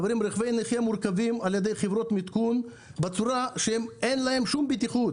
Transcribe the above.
רכבי נכים מורכבים על ידי חברות מיתקון בצורה שאין בה שום בטיחות.